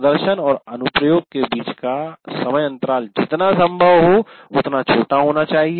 प्रदर्शन और अनुप्रयोग के बीच का समय अंतराल जितना संभव हो उतना छोटा होना चाहिए